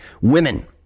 Women